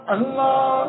Allah